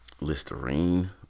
listerine